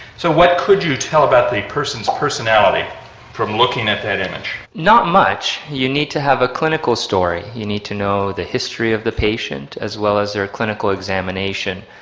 so what could you tell about the person's personality from looking at that image? not much. you need to have a clinical story you need to know the history of the patient as well as their clinical examination.